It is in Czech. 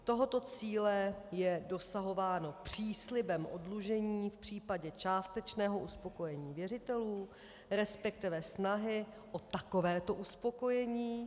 Tohoto cíle je dosahováno příslibem oddlužení v případě částečného uspokojení věřitelů, resp. snahy o takovéto uspokojení.